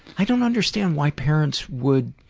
i don't understand why parents would